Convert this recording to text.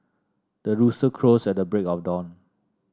the rooster crows at the break of dawn